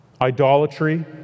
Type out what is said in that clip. idolatry